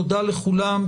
תודה לכולם,